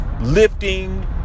lifting